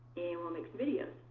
we'll make some videos.